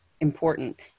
important